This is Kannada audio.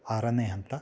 ಆರನೇ ಹಂತ